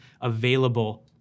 available